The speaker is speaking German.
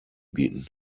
bieten